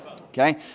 Okay